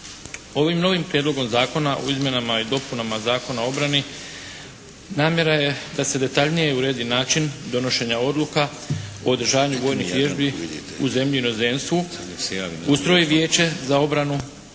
Ovim novim Prijedlogom zakona o izmjenama i dopunama Zakona o obrani namjera da se detaljnije uredi način donošenja odluka o održavanju vojnih vježbi u zemlji i inozemstvu, ustroji vijeće za obranu,